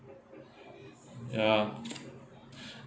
ya